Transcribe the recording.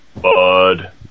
Bud